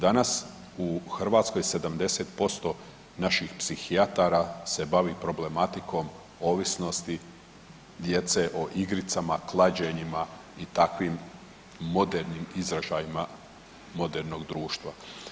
Danas u Hrvatskoj 70% naših psihijatara se bavi problematikom ovisnosti djece o igricama, klađenjima i takvim modernim izražajima modernog društva.